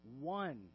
one